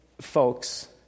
folks